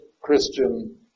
Christian